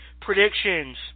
predictions